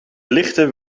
lichten